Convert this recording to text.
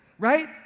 Right